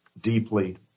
deeply